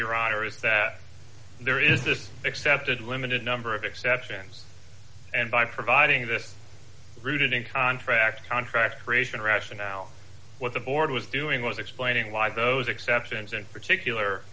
your honor is that there is this accepted limited number of exceptions and by providing this rooted in contract contract creation rationale what the board was doing was explaining why those exceptions in particular